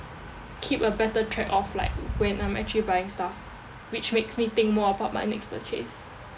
keep a better track of like when I'm actually buying stuff which makes me think more about my next purchase